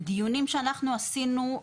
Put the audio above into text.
בדיונים שאנחנו עשינו,